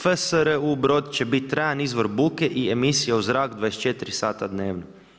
FSRU brod će biti trajan izvor buke i emisije u zrak 24 sata dnevno.